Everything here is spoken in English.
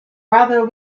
whether